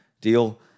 deal